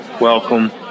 welcome